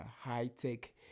high-tech